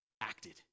acted